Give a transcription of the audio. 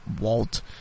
Walt